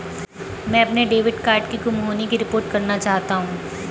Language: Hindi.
मैं अपने डेबिट कार्ड के गुम होने की रिपोर्ट करना चाहता हूँ